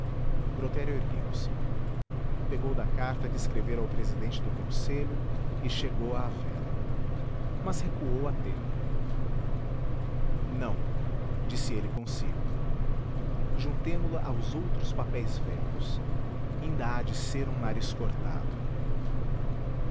brotero ergueu-se pegou da carta que escrevera ao presidente do conselho e chegou a à vela mas recuou a tempo não disse ele consigo juntemo la aos outros papéis velhos inda há de ser um nariz cortado